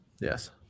Yes